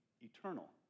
eternal